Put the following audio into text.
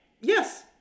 Yes